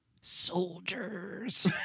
soldiers